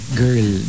girl